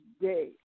day